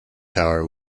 tower